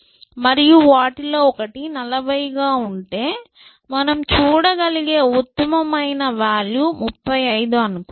మరియు వాటిలో ఒకటి 40 గా అనుకుంటే మనం చూడగలిగే ఉత్తమమైన వాల్యూ35 అనుకుందాం